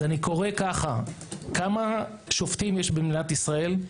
אז אני קורא ככה, כמה שופטים יש במדינת ישראל?